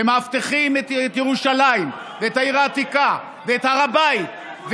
ומאבטחים את ירושלים ואת העיר העתיקה ואת הר הבית,